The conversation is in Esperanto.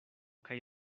kaj